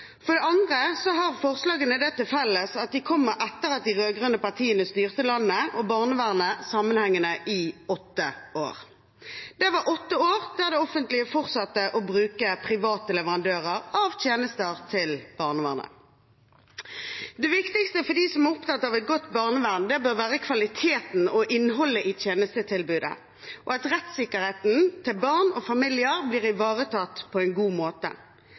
For det andre har forslagene det til felles at de kommer etter at de rød-grønne partiene styrte landet og barnevernet sammenhengende i åtte år. Det var åtte år der det offentlige fortsatte å bruke private leverandører av tjenester til barnevernet. Det viktigste for dem som er opptatt av et godt barnevern, bør være kvaliteten og innholdet i tjenestetilbudet, og at rettssikkerheten til barn og familier blir ivaretatt på en god måte.